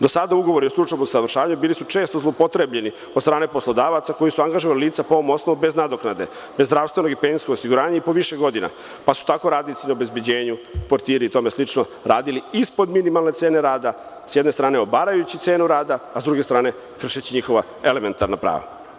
Do sada ugovori stručnog usavršavanja su bili često zloupotrebljeni od strane poslodavaca koji su angažovali lica po ovom osnovu bez nadoknade, bez zdravstvenog i penzijskog osiguranja i po više godina, pa su tako radnici obezbeđenja, portiri i tome slično radili ispod minimalne cene rada, sa jedne strane obarajući cenu rada, a sa druge strane kršeći njihova elementarna prva.